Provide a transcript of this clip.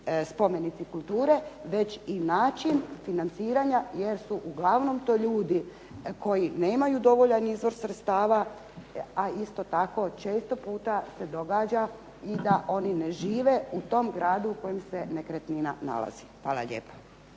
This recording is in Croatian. spomenici kulture, već i način financiranja jer su uglavnom to ljudi koji nemaju dovoljan izvor sredstava, a isto tako često puta se događa i da oni ne žive u tom gradu u kojem se nekretnina nalazi. Hvala lijepa.